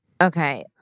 Okay